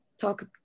talk